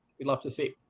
we'd love to see.